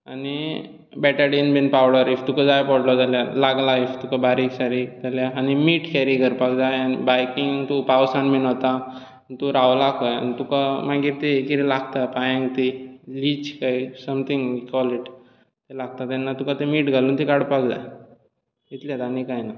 आनी बेटाडीन बी powder if तुका जाय पडलो जाल्यार लागला जाल्यार बारीक सारीक आनी मीठ कॅरी करपाक जाय आनी बायकींग तूं पावसांत बी वता तूं रावलां खंय तुका मागीर ते हाजेर लागता पांयांक तें लीच काय समथिंग यू कॉल इट तें लागता तेन्ना तुका तें मीठ घालून तें काडपाक जाय इतलेंच आनीक काय ना